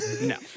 No